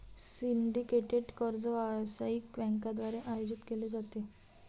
syndicated कर्ज व्यावसायिक बँकांद्वारे आयोजित केले जाते